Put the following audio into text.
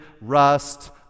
rust